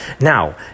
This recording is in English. Now